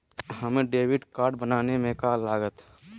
हमें debit card बनाने में का लागत?